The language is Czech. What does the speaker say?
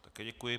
Také děkuji.